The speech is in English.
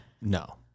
no